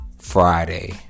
Friday